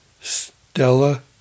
Stella